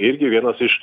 irgi vienas iš